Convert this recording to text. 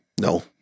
No